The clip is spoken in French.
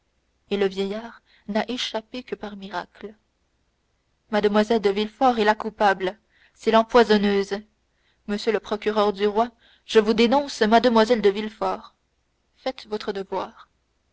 et le vieillard n'a échappé que par miracle mlle de villefort est la coupable c'est l'empoisonneuse monsieur le procureur du roi je vous dénonce mlle de villefort faites votre devoir